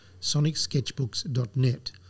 sonicsketchbooks.net